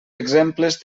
exemples